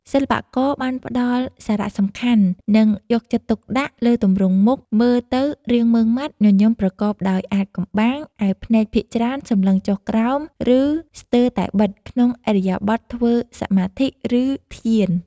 សិល្បករបាន ផ្តល់សារៈសំខាន់ និងយកចិត្តទុកដាក់លើទម្រង់មុខ មើលទៅរាងម៉ឺងម៉ាត់ ញញឹមប្រកបដោយអាថ៌កំបាំង ឯភ្នែកភាគច្រើនសម្លឹងចុះក្រោម ឬ ស្ទើរតែបិទក្នុងឥរិយាបថធ្វើសមាធិ ឬធ្យាន។